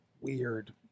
weird